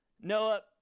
Noah